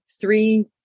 three